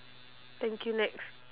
thank you next